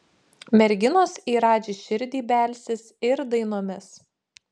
merginos į radži širdį belsis ir dainomis